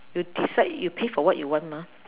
you decide you pay for what you want mah